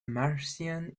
martians